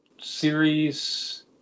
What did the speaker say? series